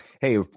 Hey